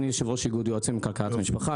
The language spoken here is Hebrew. אני יושב ראש איגוד יועצים לכלכלת המשפחה,